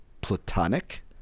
platonic